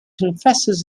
confesses